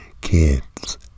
kids